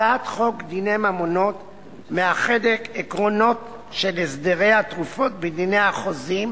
הצעת חוק דיני ממונות מאחדת עקרונות של הסדרי התרופות בדיני החוזים